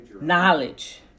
knowledge